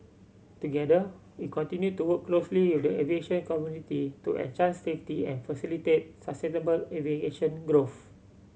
together we continue to work closely with the aviation community to enhance safety and facilitate sustainable aviation growth